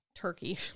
Turkey